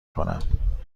کنم